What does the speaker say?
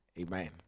Amen